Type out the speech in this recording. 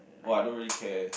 !wah! I don't really care